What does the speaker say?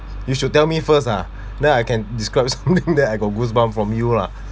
you should tell me first lah then I can describe something that I got goosebumps from you lah